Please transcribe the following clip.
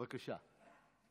בבקשה.